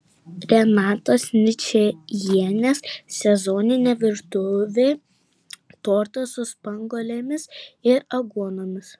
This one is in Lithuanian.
renatos ničajienės sezoninė virtuvė tortas su spanguolėmis ir aguonomis